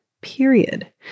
period